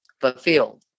fulfilled